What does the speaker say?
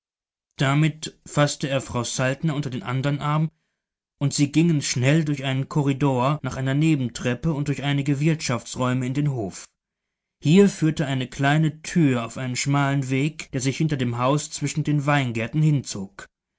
damit faßte er frau saltner unter den andern arm und sie gingen schnell durch einen korridor nach einer nebentreppe und durch einige wirtschaftsräume in den hof hier führte eine kleine tür auf einen schmalen weg der sich hinter dem haus zwischen den weingärten hinzog